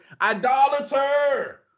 idolater